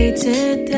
today